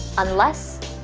unless,